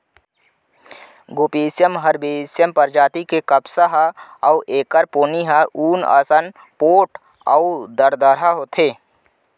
Gossypium herbaceum परजाति के कपसा ह अउ एखर पोनी ह ऊन असन पोठ अउ दरदरा होथे